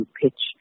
pitch